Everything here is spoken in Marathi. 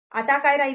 आता काय राहिले